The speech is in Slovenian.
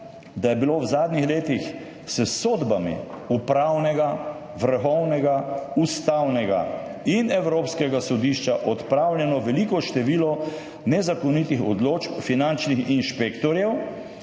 da je bilo v zadnjih letih s sodbami Upravnega, Vrhovnega, Ustavnega in Evropskega sodišča odpravljeno veliko število nezakonitih odločb finančnih inšpektorjev,